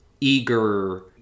eager